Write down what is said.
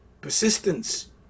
persistence